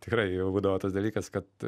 tikrai būdavo tas dalykas kad